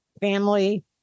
Family